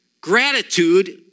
gratitude